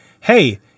Hey